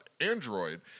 android